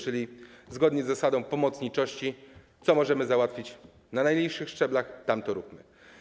Zgodnie z zasadą pomocniczości, co możemy załatwić na najniższych szczeblach, to tam róbmy.